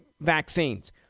vaccines